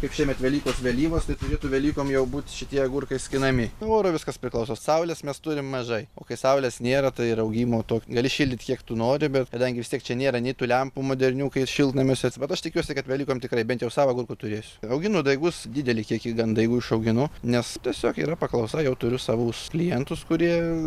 kaip šiemet velykos vėlyvos tai turėtų velykom jau būt šitie agurkai skinami nuo oro viskas priklauso saulės mes turim mažai o kai saulės nėra tai ir augimo to gali šildyt kiek tu nori bet kadangi vis tiek čia nėra nei tų lempų modernių kaip šiltnamiuose bet aš tikiuosi kad velykom tikrai bent jau sau agurkų turėsiu auginu daigus didelį kiekį gan daigų išauginu nes tiesiog yra paklausa jau turiu savus klientus kurie